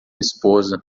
esposa